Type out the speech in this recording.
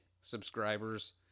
subscribers